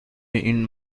این